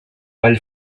vall